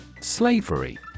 Slavery